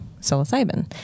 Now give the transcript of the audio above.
psilocybin